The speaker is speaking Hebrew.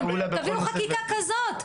תביאו חקיקה כזאת,